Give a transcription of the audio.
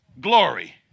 glory